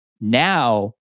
Now